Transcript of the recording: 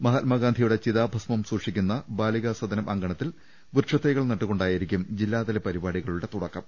മഹാത്മാഗാന്ധിയുടെ ചിതാഭസ്മം സൂക്ഷിക്കുന്ന ബാലികാസദനം അങ്കണത്തിൽ വൃക്ഷത്തൈകൾ നട്ടുകൊണ്ടായിരിക്കും ജില്ലാതല പരിപാടികളുടെ തുടക്കം